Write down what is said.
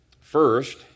First